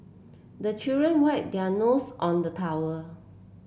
the children wipe their nose on the towel